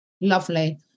Lovely